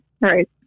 Right